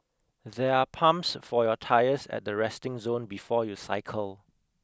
there are pumps for your tyres at the resting zone before you cycle